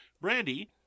Brandy